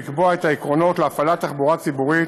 לקבוע את העקרונות להפעלת תחבורה ציבורית